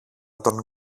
τον